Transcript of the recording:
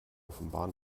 offenbar